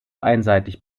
einseitig